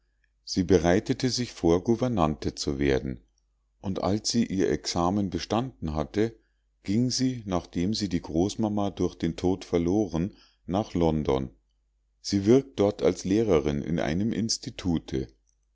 sie bereitete sich vor gouvernante zu werden und als sie ihr examen bestanden hatte ging sie nachdem sie die großmama durch den tod verloren nach london sie wirkt dort als lehrerin in einem institute